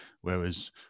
whereas